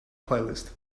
playlist